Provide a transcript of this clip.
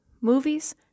movies